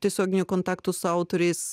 tiesioginių kontaktų su autoriais